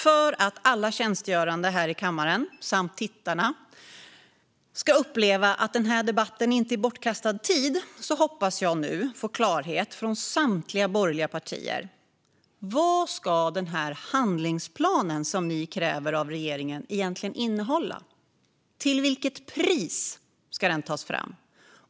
För att alla tjänstgörande här i kammaren samt tittarna ska uppleva att den här debatten inte är bortkastad tid hoppas jag nu få klarhet från samtliga borgerliga partier: Vad ska den handlingsplan som ni kräver av regeringen egentligen innehålla? Till vilket pris ska den tas fram?